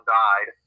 died